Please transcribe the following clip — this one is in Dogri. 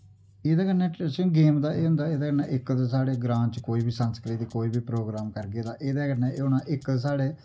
एह्दै कन्नै गेम दा एह् होंदा एह्दे कन्नै इक ते साढ़े ग्रां च कोई बी संस्कृति कोई बी प्रोग्राम करगे तां एह्दे कन्नै एह् होना इक ते साढ़े